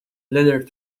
letter